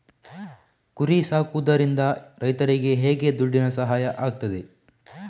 ಕುರಿ ಸಾಕುವುದರಿಂದ ರೈತರಿಗೆ ಹೇಗೆ ದುಡ್ಡಿನ ಸಹಾಯ ಆಗ್ತದೆ?